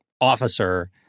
officer